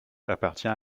appartient